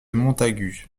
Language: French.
montagut